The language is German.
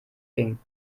ging